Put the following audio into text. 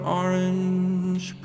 orange